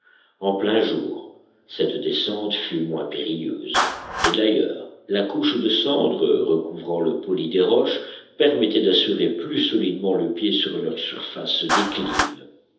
en plein jour cette descente fut moins périlleuse et d'ailleurs la couche de cendres recouvrant le poli des roches permettait d'assurer plus solidement le pied sur leurs surfaces